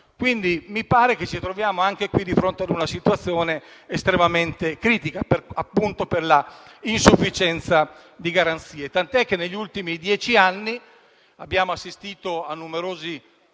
Mi pare che ci troviamo anche qui di fronte a una situazione estremamente critica, proprio per l'insufficienza di garanzie; tant'è che negli ultimi dieci anni abbiamo assistito a numerosi